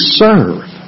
serve